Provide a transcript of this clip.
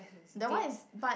that one is but